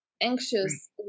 anxious